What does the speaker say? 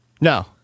No